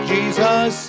Jesus